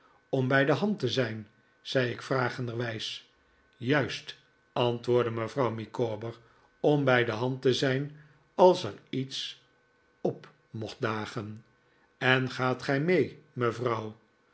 om bij de hand te zijn zei ik vragenderwijs juist antwoordde mevrouw micawber om bij de hand te zijn als er iets op mocht dagen en gaat gij mee mevrouw